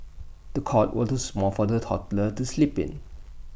the cot was too small for the toddler to sleep in